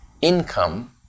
income